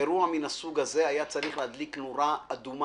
אירוע מן הסוג הזה היה צריך להדליק נורה אדומה